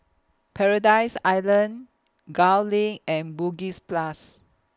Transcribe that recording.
Paradise Island Gul LINK and Bugis Plus